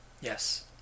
Yes